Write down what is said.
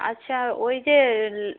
আচ্ছা ওই যে